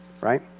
right